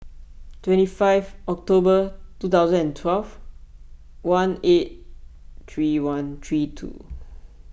twenty five October two thousand and twelve one eight three one three two